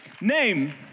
name